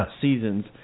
seasons